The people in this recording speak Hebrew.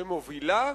שמובילה,